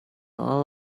all